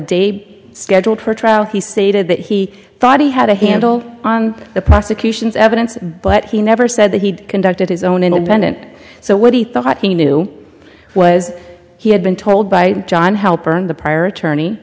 date scheduled for trial he stated that he thought he had a handle on the prosecution's evidence but he never said that he'd conducted his own independent so what he thought he knew was he had been told by john helper in the prior attorney